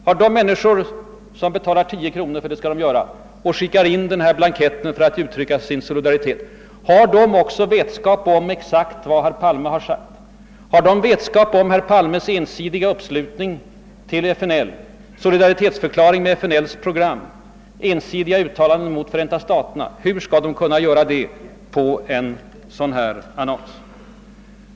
Har de människor, som betalar 10 kronor — ty det skall de göra — och skickar in denna blankett för att uttrycka sin solidaritet, också vetskap om exakt vad herr Palme har yttrat, har de vetskap om herr Palmes ensidiga uppslutning på FNL:s sida och hans solidaritetsförklaring till dess program, har de vetskap om hans ensidiga uttalanden om Förenta staterna? Hur skall de kunna få det genom en sådan annons?